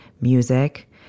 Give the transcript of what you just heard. music